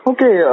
Okay